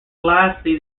lastly